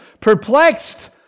Perplexed